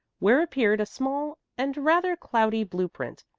where appeared a small and rather cloudy blue-print,